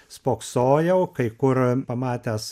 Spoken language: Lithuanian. spoksojau kai kur pamatęs